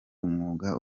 umwuga